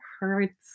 hurts